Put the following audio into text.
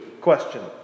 question